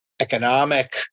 economic